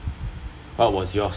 what was yours